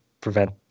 prevent